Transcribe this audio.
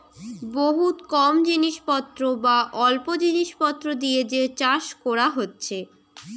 বহুত কম জিনিস পত্র বা অল্প জিনিস পত্র দিয়ে যে চাষ কোরা হচ্ছে